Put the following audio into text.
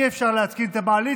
אי-אפשר להתקין את המעלית,